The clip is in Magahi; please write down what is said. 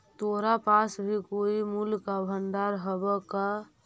तोरा पास भी कोई मूल्य का भंडार हवअ का